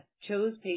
chose